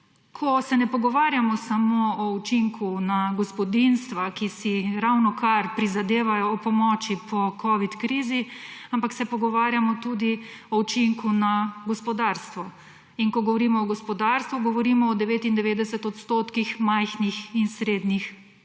ko se ne pogovarjamo samo o učinku na gospodinjstva, ki si ravnokar prizadevajo opomoči po covidni krizi, ampak se pogovarjamo tudi o učinku na gospodarstvo. In ko govorimo o gospodarstvu, govorimo v 99 % o majhnih in srednjih